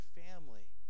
family